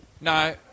No